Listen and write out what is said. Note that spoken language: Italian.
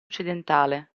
occidentale